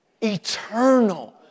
eternal